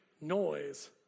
noise